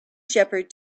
shepherd